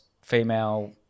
female